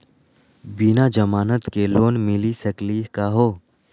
बिना जमानत के लोन मिली सकली का हो?